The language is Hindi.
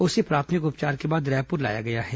उसे प्राथमिक उपचार के बाद रायपुर लाया गया है